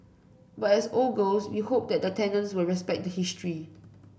but as old girls we hope that the tenants will respect the history